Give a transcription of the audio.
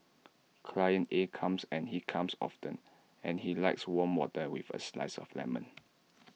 client A comes and he comes often and he likes warm water with A slice of lemon